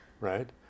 right